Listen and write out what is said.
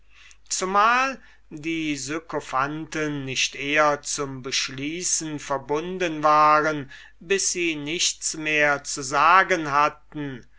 zumal die sykophanten nicht eher zum beschließen verbunden waren bis sie nichts mehr zu sagen hatten